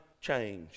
change